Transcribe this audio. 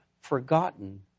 forgotten